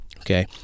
Okay